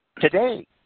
today